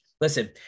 Listen